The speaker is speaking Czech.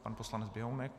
Pan poslanec Běhounek.